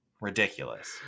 Ridiculous